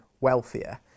wealthier